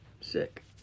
sick